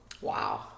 wow